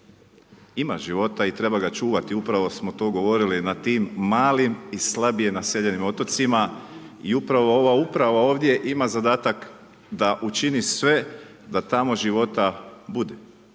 Ima života i treba ga čuvati. Upravo smo to govorili na tim malim i slabije naseljenim otocima i upravo ova uprava ovdje ima zadatak da učini sve da tamo života bude.